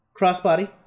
crossbody